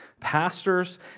pastors